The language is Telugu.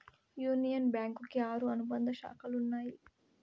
యూనియన్ బ్యాంకు కి ఆరు అనుబంధ శాఖలు ఉన్నాయి